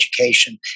Education